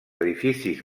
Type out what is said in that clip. edificis